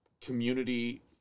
community